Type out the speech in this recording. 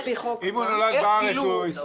היא נשללה ממנו.